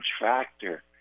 factor